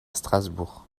strasbourg